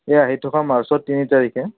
এই আহি থকা মাৰ্চত তিনি তাৰিখে